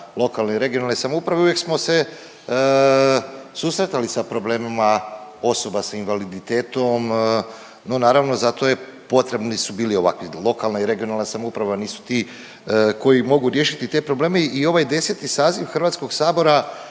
lokalne i regionalne samouprave uvijek smo se susretali sa problemima osoba sa invaliditetom, no naravno za to potrebni su bili ovakvi. Lokalna i regionalna samouprava nisu ti koji mogu riješiti te probleme i ovaj 10. saziv Hrvatskog sabora